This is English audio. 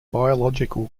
biological